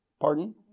Pardon